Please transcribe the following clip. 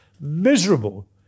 miserable